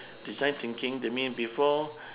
design thinking that mean before